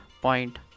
point